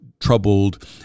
troubled